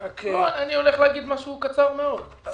אני הולך להגיד משהו קצר מאוד.